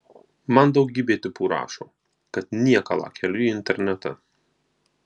man daugybė tipų rašo kad niekalą keliu į internetą